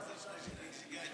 תודה רבה, אדוני היושב-ראש.